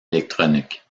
électroniques